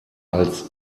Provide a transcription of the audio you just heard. als